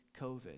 COVID